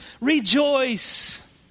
Rejoice